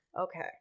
okay